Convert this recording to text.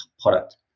product